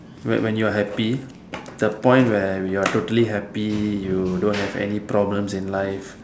when when you are happy the point where you're totally happy you don't have any problems in life